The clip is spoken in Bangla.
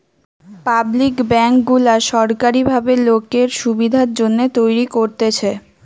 পাবলিক বেঙ্ক গুলা সোরকারী ভাবে লোকের সুবিধার জন্যে তৈরী করতেছে